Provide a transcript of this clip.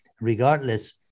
regardless